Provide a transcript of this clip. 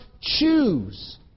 choose